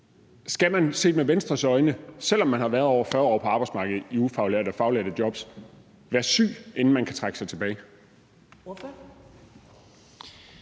Skal man set med Venstres øjne, selv om man har været over 40 år på arbejdsmarkedet i ufaglærte og faglærte jobs, være syg, inden man kan trække sig tilbage?